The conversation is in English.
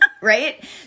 right